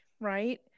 Right